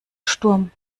sturm